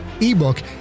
ebook